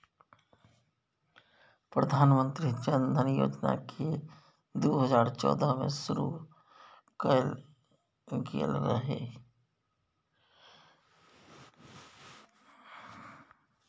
प्रधानमंत्री जनधन योजना केँ दु हजार चौदह मे शुरु कएल गेल रहय